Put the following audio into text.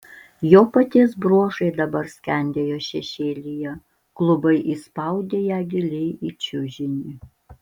jo paties bruožai dabar skendėjo šešėlyje klubai įspaudė ją giliai į čiužinį